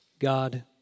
God